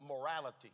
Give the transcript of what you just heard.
morality